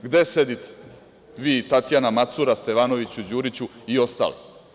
Gde sedite vi, Tatjana Macura, Stevanoviću, Đuriću i ostali?